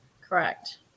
Correct